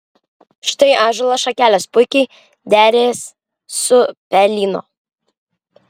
štai ąžuolo šakelės puikiai derės su pelyno